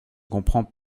comprends